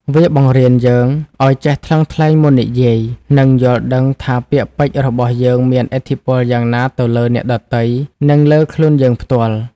វាបង្រៀនយើងឱ្យចេះថ្លឹងថ្លែងមុននិយាយ និងយល់ដឹងថាពាក្យពេចន៍របស់យើងមានឥទ្ធិពលយ៉ាងណាទៅលើអ្នកដទៃ និងលើខ្លួនយើងផ្ទាល់។